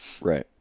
Right